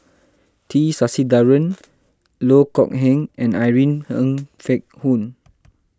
T Sasitharan Loh Kok Heng and Irene Ng Phek Hoong